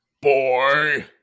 Boy